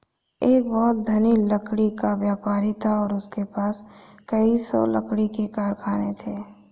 एक बहुत धनी लकड़ी का व्यापारी था और उसके पास कई सौ लकड़ी के कारखाने थे